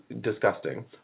disgusting